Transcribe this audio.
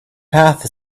path